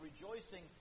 rejoicing